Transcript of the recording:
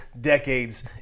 decades